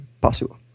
possible